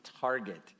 target